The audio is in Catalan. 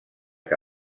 que